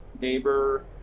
neighbor